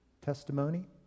Testimony